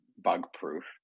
bug-proof